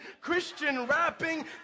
Christian-rapping